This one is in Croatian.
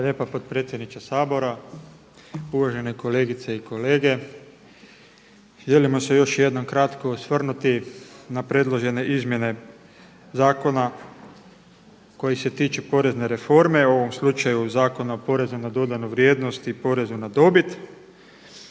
lijepa potpredsjedniče Sabora, uvažene kolegice i kolege. Želimo se još jednom kratko osvrnuti na predložene izmjene zakona koji se tiču porezne reforme u ovom slučaju Zakona o porezu na dodanu vrijednost i porezu na dobit.